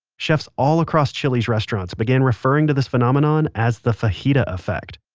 chef's all across chili's restaurants began referring to this phenomenon as the fajita effect.